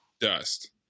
dust